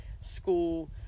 school